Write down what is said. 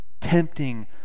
tempting